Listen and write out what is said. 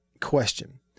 question